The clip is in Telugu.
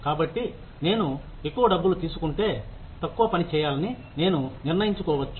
కాబట్టి నేను ఎక్కువ డబ్బులు తీసుకుంటే తక్కువ పని చేయాలని నేను నిర్ణయించుకోవచ్చు